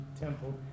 temple